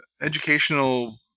educational